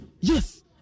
Yes